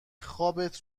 خوابت